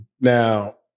Now